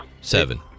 Seven